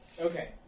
Okay